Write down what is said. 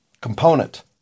component